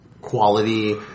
quality